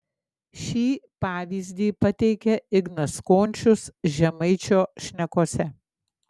šį pavyzdį pateikia ignas končius žemaičio šnekose